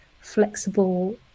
flexible